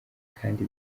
kandi